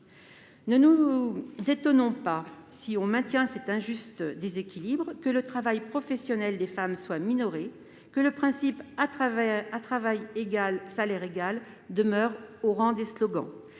Ne nous étonnons pas, si l'on maintient cet injuste déséquilibre, que le travail professionnel des femmes soit minoré et que le principe « à travail égal, salaire égal » demeure un slogan.